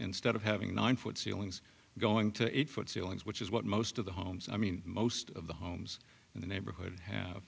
instead of having nine foot ceilings going to eight foot ceilings which is what most of the homes i mean most of the homes in the neighborhood have